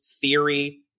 theory